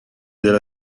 della